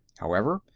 however,